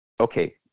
Okay